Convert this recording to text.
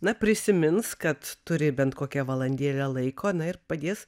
na prisimins kad turi bent kokią valandėlę laiko na ir padės